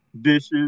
dishes